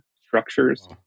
structures